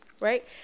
Right